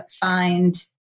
find